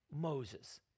Moses